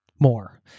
more